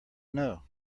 know